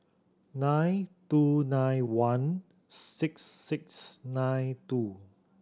nine two nine one six six nine two